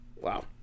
Wow